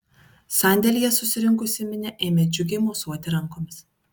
sandėlyje susirinkusi minia ėmė džiugiai mosuoti rankomis